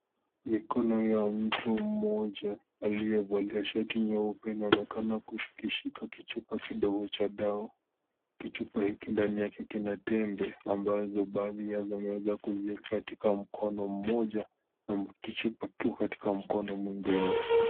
Mikono ya mtu mmoja aliyevalia shsti nyeupe inaonekana kushika kichupa kidogo cha dawa kichupa hiki ndani yake kina tembe ambazo baadhi zimeekwa mkono mmoja na chupa kiko katika mkono mwingine.